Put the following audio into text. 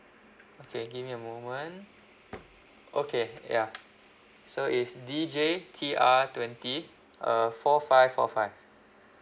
okay give me a moment okay ya so is D J T R twenty uh four five four five